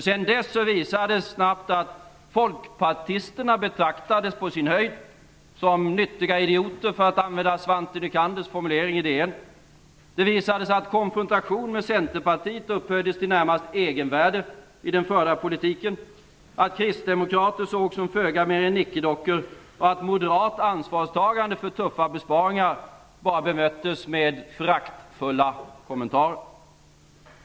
Sedan dess visade det sig snabbt att folkpartisterna betraktades på sin höjd som "nyttiga idioter" - för att använda Svante Nycanders formulering i DN. Det visade sig att konfrontation med Centerpartiet upphöjdes till närmast ett egenvärde i den förda politiken. Kristdemokrater sågs som föga mer än nickedockor. Moderat ansvarstagande för tuffa besparingar bemöttes med föraktfulla kommentarer.